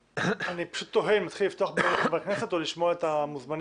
אני פשוט תוהה אם להתחיל לשמוע את חברי כנסת או לשמוע את המוזמנים.